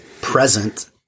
present